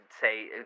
say